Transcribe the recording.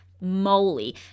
moly